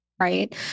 Right